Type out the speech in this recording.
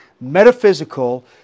metaphysical